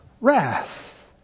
wrath